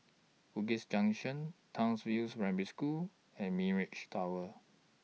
Bugis Junction Townsville's Primary School and Mirage Tower